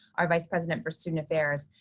our vice president for student affairs.